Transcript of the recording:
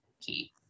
key